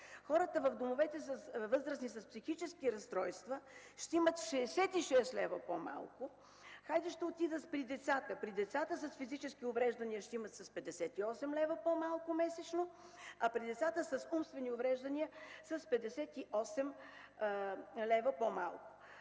Хората в домовете за възрастни с психически разстройства ще имат 66 лв. по-малко. Хайде, ще отида при децата. Децата с физически увреждания ще имат с 58 лв. по-малко месечно, децата с умствени увреждания – с 58 лв. по-малко.